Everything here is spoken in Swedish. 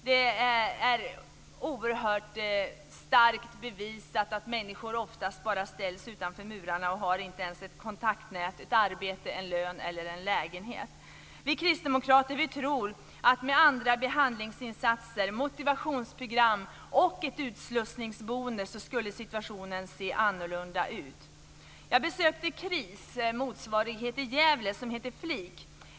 Det är oerhört starkt bevisat att människor oftast bara ställs utanför murarna utan att ens ha ett kontaktnät, ett arbete, en lön eller en lägenhet. Vi kristdemokrater tror att med andra behandlingsinsatser, motivationsprogram och ett utslussningsboende skulle situationen se annorlunda ut. Jag har besökt KRIS motsvarighet i Gävle som heter FLIK.